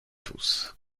tous